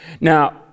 Now